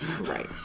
Right